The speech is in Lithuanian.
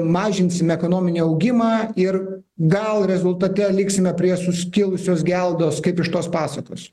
mažinsime ekonominį augimą ir gal rezultate liksime prie suskilusios geldos kaip iš tos pasakos